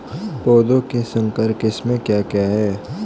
पौधों की संकर किस्में क्या क्या हैं?